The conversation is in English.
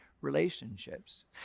relationships